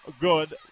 Good